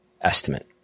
estimate